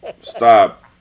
Stop